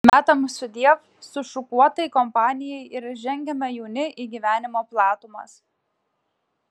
metam sudiev sušukuotai kompanijai ir žengiame jauni į gyvenimo platumas